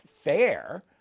fair